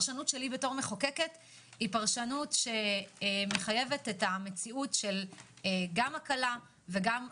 הפרשנות שלי בתור מחוקקת מחייבת את המציאות של הקלה וגם חומרה.